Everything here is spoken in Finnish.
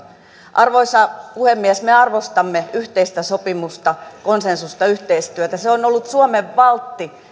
arvoisa puhemies me arvostamme yhteistä sopimusta konsensusta yhteistyötä se on ollut suomen valtti